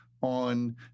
on